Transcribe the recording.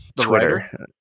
twitter